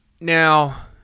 Now